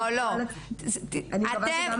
וגם אנחנו מפרסמים את זה באתר משרד המשפטים.